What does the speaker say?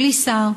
בלי שר,